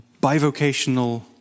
bivocational